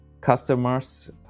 customers